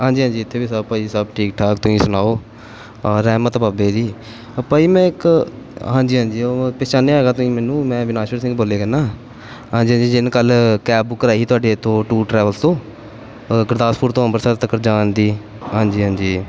ਹਾਂਜੀ ਹਾਂਜੀ ਇੱਥੇ ਵੀ ਸਭ ਭਾਅ ਜੀ ਸਭ ਠੀਕ ਠਾਕ ਤੁਸੀਂ ਸੁਣਾਓ ਰਹਿਮਤ ਬਾਬੇ ਦੀ ਭਾਅ ਜੀ ਮੈਂ ਇੱਕ ਹਾਂਜੀ ਹਾਂਜੀ ਉਹ ਪਹਿਚਾਣਿਆ ਹੈਗਾ ਤੁਸੀਂ ਮੈਨੂੰ ਮੈਂ ਅਵੀਨਾਸ਼ਵਰ ਸਿੰਘ ਬੋਲਿਆ ਕਰਨਾ ਹਾਂਜੀ ਹਾਂਜੀ ਜਿਹਨੇ ਕੱਲ੍ਹ ਕੈਬ ਬੁੱਕ ਕਰਵਾਈ ਸੀ ਤੁਹਾਡੇ ਇੱਥੋਂ ਟੂਰ ਟਰੈਵਲਸ ਤੋਂ ਗੁਰਦਾਸਪੁਰ ਤੋਂ ਅੰਬਰਸਰ ਤੱਕ ਜਾਣ ਦੀ ਹਾਂਜੀ ਹਾਂਜੀ